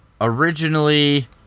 originally